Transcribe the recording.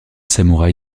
samouraï